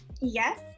Yes